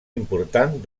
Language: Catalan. important